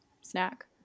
snack